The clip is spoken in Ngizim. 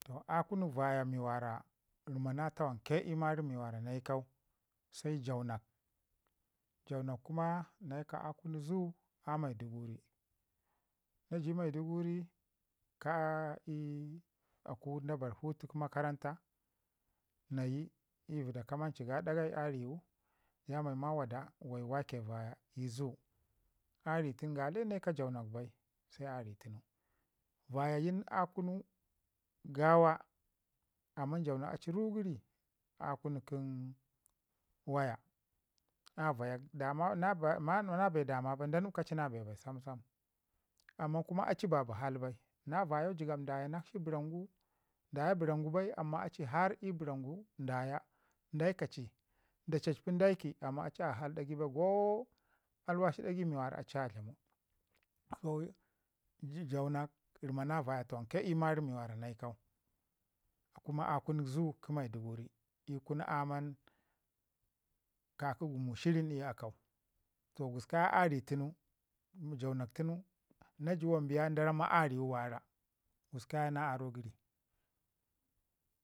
A kunu vaya mi wara ɗikana tawanke mi naikau se jaunak, jaunak kuma naika a kunu zoo a Maiduguri. Na ji maiduguri ka aku ka da bar putu ii makaranta nayi ii vəda kamanci ga ɗagai a riwu damayu ma wada wayi wa ke vaya ii zoo. A ritunu gale naik jaunak bai se a ritunu vayayin a ri tun gawa, amma jaunak a ci rugəri a baka a kun kə waya a vayak na bee dama bai da nupka ci na bee bai samsam. Amman kuma aci babai hal bai jəgab dayanakshi bəram gu daye bərangu bai amma aci har i bəram gu daya daikaci da cacpi daiki amma aci go alwashi ɗagai mi wara aci a dlaman, so jaunak rimana vaya tawanke mi wara nakeu, kuma a kunu zoo kə maiduguri ii kunu aman ka ki gumu shirin ii akau toh gusku ya ye a ri tunu ju wan jaunak tunu na ju wan biya ye da ramma a riwu wara gusku ya ye na aro gəri.